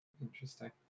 Interesting